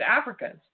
Africans